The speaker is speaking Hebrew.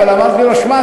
אבל אמרתי לו: שמע,